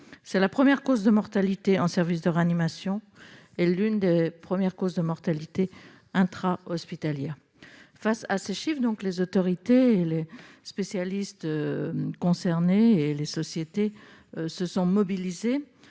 de la première cause de mortalité en service de réanimation et de l'une des premières causes de mortalité intrahospitalière. Face à ces chiffres, les autorités, les spécialistes et les sociétés concernés se sont mobilisés.